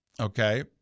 Okay